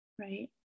right